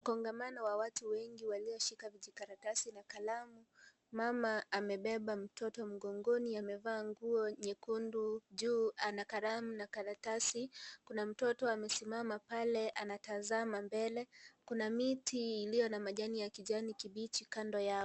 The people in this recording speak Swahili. Kongamano wa watu wengi walio shika vijikaratasi na kalamu. Mama amebeba mtoto mgongoni, amevaa nguo nyekundu, juu ana kalamu na karatasi. Kuna mtoto amesimama pale, anatazama mbele. Kuna miti iliyo na maji ya kijani kibichi kando yao.